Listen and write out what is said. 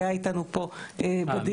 היה איתנו פה --- מיכאל.